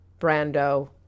Brando